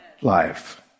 life